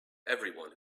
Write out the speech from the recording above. everyone